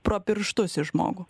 pro pirštus į žmogų